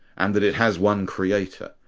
and that it has one creator.